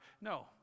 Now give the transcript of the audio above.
no